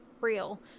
real